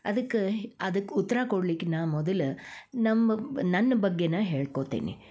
ಅದಕ್ಕೆ ಅದಕ್ಕೆ ಉತ್ತರ ಕೊಡ್ಲಿಕ್ಕೆ ನಾ ಮೊದಲು ನಮ್ಮ ನನ್ನ ಬಗ್ಗೆನೇ ಹೇಳ್ಕೊತೀನಿ